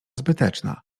zbyteczna